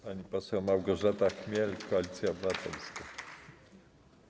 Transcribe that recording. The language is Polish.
Pani poseł Małgorzata Chmiel, Koalicja Obywatelska.